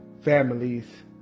families